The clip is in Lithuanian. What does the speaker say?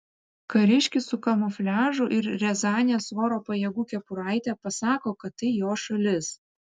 kariškis su kamufliažu ir riazanės oro pajėgų kepuraite pasako kad tai jo šalis